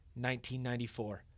1994